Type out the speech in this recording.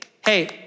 hey